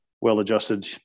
well-adjusted